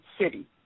city